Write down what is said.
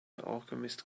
alchemist